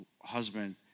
husband